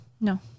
No